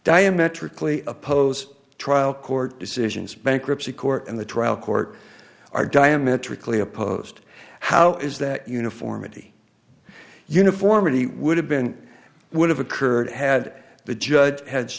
diametrically opposed trial court decisions bankruptcy court and the trial court are diametrically opposed how is that uniformity uniformity would have been would have occurred had the judge ha